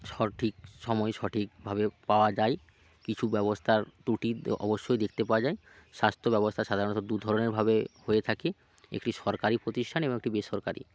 সঠিক সময়ে সঠিকভাবে পাওয়া যায় কিছু ব্যবস্থার ত্রুটি অবশ্যই দেখতে পাওয়া যায় স্বাস্থ্যব্যবস্থা সাধারণত দু ধরনের ভাবে হয়ে থাকে একটি সরকারি প্রতিষ্ঠান এবং একটি বেসরকারি